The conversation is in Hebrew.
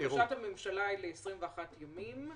בקשת הממשלה היא ל-21 ימים,